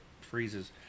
freezes